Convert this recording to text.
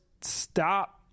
stop